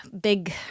big